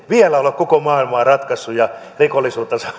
vielä ole koko maailmaa ratkaissut ja rikollisuutta